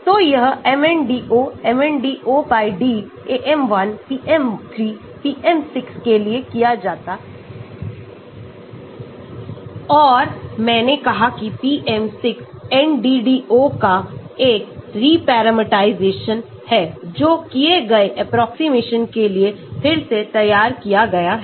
तो यह MNDO MNDO D AM1 PM3 PM6 के लिए किया जा सकता है और मैंने कहा कि PM6 NDDO का एक रीपैरामीटराइजेशन है जो किए गए एप्रोक्सीमेशन के लिए फिर से तैयार किया गया है